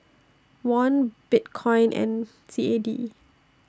Won Bitcoin and C A D